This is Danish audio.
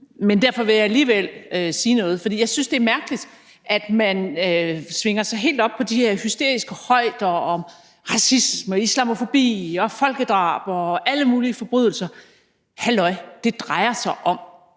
Men derfor vil jeg alligevel sige noget, for jeg synes, det er mærkeligt, at man svinger sig helt op i de her hysteriske højder og taler om racisme, islamofobi, folkedrab og alle mulige forbrydelser – halløj, det drejer sig om,